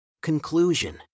Conclusion